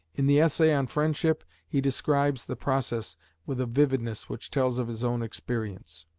in the essay on friendship he describes the process with a vividness which tells of his own experience